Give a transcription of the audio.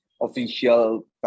official